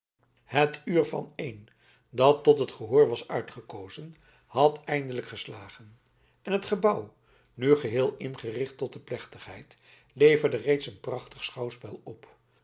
het uur van één dat tot het gehoor was uitgekozen had eindelijk geslagen en het gebouw nu geheel ingericht tot de plechtigheid leverde reeds een prachtig schouwspel op